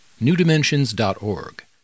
newdimensions.org